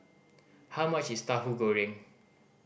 how much is Tauhu Goreng